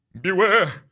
Beware